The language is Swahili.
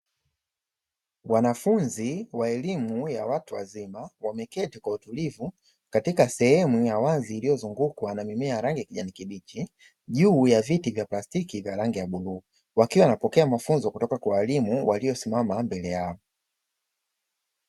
Wanafunzi wa elimu ya watu wazima, wameketi kwa utulivu katika sehemu ya wazi iliyozungukwa na mimea ya rangi ya kijani kibichi, juu ya viti vya plastiki vya rangi ya bluu, wakiwa wanapokea mafunzo kwa waalimu waliosimama mbele yao.